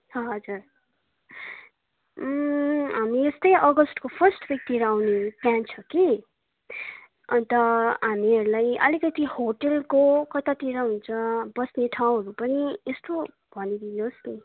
हजुर हामी यस्तै अगस्तको फर्स्ट विकतिर आउने प्लान छ कि अन्त हामीहरूलाई आलिकति होटेलको कतातिर हुन्छ बस्ने ठाउँहरू पनि यस्तो भनिदिनु होस् न